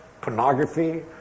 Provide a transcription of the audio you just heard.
pornography